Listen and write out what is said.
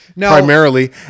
Primarily